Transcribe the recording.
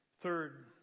Third